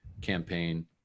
campaign